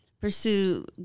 pursue